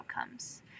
outcomes